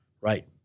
right